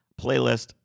playlist